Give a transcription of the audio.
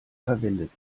verwendet